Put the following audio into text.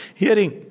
hearing